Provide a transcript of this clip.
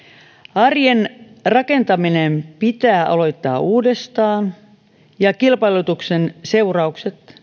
arjen rakentaminen pitää aloittaa uudestaan ja kilpailutuksen seuraukset